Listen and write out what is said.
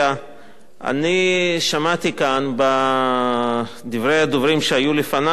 שמעתי כאן בדברי הדוברים שהיו לפני לא מעט